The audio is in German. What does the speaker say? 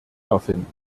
erfinden